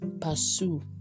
pursue